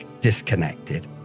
disconnected